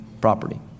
property